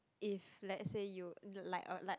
if let's say you in the like or like